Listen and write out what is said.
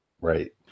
Right